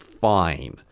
fine